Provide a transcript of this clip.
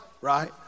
right